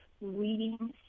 reading